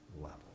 level